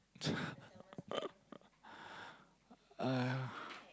I